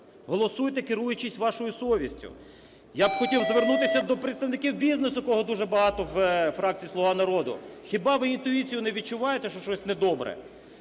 Голосуйте, керуючись вашою совістю. Я б хотів звернутися до представників бізнесу, якого дуже багато у фракції "Слуга народу": хіба ви інтуїцією не відчуваєте, що щось недобре?